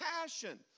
passion